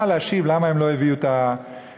להשיב למה הם לא הביאו את המשיבים,